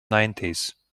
nineties